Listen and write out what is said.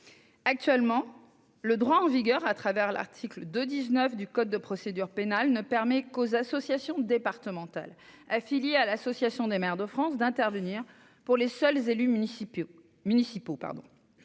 Actuellement, le droit en vigueur, au travers de l'article 2-19 du code de procédure pénale, ne permet qu'aux associations départementales affiliées à l'Association des maires de France d'intervenir pour les seuls élus municipaux.